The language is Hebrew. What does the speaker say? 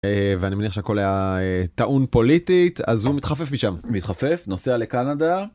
ואני מניח שהכל היה טעון פוליטית, אז הוא מתחפף משם, מתחפף נוסע לקנדה.